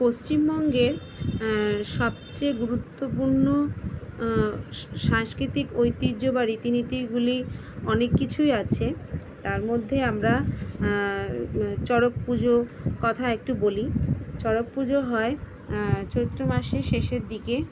পশ্চিমবঙ্গের সবচেয়ে গুরুত্বপূর্ণ সাংস্কৃতিক ঐতিহ্য বা রীতি নীতিগুলি অনেক কিছুই আছে তার মধ্যে আমরা চড়ক পুজো কথা একটু বলি চড়ক পুজো হয় চৈত্র মাসের শেষের দিকে